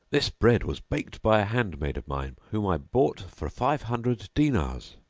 this bread was baked by a hand maid of mine whom i bought for five hundred dinars.